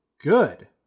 good